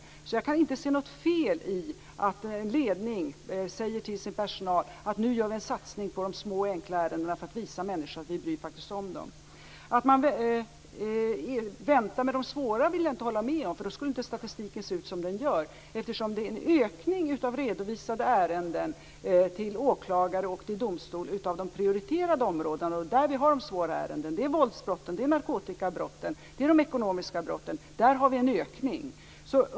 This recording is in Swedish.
Jag kan därför inte se något fel i att en ledning säger till sin personal: Nu gör vi en satsning på de små och enkla ärendena för att visa människor att vi faktiskt bryr oss om dem. Att man väntar med de svåra ärendena vill jag inte hålla med om. Då skulle inte statistiken se ut som den gör. Det är nämligen en ökning av redovisade ärenden till åklagare och domstol av de prioriterade områdena. Det är där vi har de svåra ärendena. Det är våldsbrott, narkotikabrott och ekonomiska brott. Där har vi en ökning.